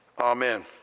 Amen